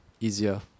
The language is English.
Easier